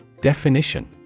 Definition